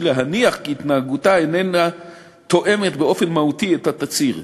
להניח כי התנהגותה איננה תואמת באופן מהותי את התצהיר,